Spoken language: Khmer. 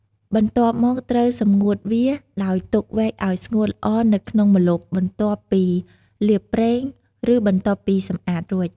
បន្ទាប់មកត្រូវសម្ងួតវា ដោយទុកវែកឱ្យស្ងួតល្អនៅក្នុងម្លប់ បន្ទាប់ពីលាបប្រេង ឬបន្ទាប់ពីសម្អាតរួច។